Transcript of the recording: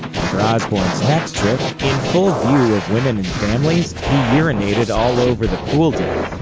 and for osbourne's next trick, in full view of women and families, he urinated all over the pool deck.